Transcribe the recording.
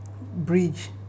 bridge